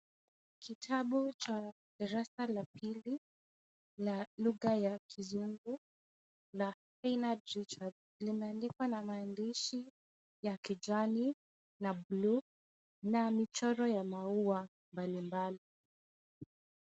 Kitabu cha darasa la pili la lugha ya kizungu la ina limeandikwa na maandishi ya kijani na blue na michoro ya maua mbali mbali.